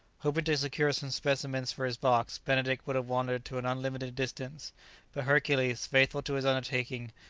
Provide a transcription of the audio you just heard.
hoping to secure some specimens for his box, benedict would have wandered to an unlimited distance but hercules, faithful to his undertaking,